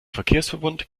verkehrsverbund